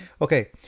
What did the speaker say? okay